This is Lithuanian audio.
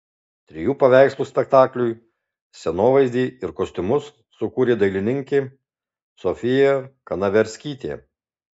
trijų paveikslų spektakliui scenovaizdį ir kostiumus sukūrė dailininkė sofija kanaverskytė